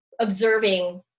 observing